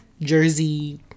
Jersey